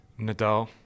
Nadal